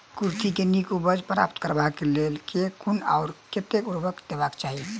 कुर्थी केँ नीक उपज प्राप्त करबाक लेल केँ कुन आ कतेक उर्वरक देबाक चाहि?